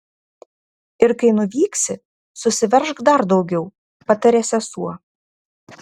ir kai nuvyksi susiveržk dar daugiau patarė sesuo